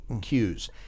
cues